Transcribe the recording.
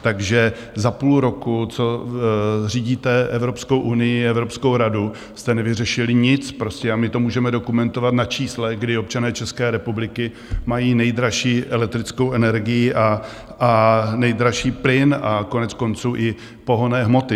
Takže za půl roku, co řídíte Evropskou unii, Evropskou radu, jste nevyřešili nic a my to můžeme dokumentovat na číslech, kdy občané České republiky mají nejdražší elektrickou energii a nejdražší plyn, a koneckonců i pohonné hmoty.